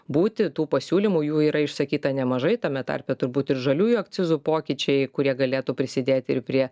būti tų pasiūlymų jų yra išsakyta nemažai tame tarpe turbūt ir žaliųjų akcizų pokyčiai kurie galėtų prisidėti ir prie